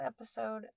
episode